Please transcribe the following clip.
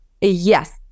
Yes